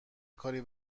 کاری